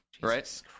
Right